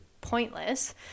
pointless